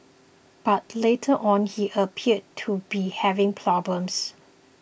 but later on he appeared to be having problems